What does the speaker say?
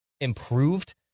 improved